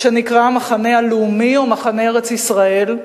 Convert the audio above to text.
שנקרא המחנה הלאומי או מחנה ארץ-ישראל,